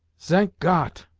zank got!